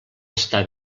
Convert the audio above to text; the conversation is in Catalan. està